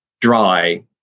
dry